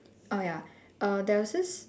oh ya err there was this